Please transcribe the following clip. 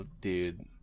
dude